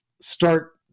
start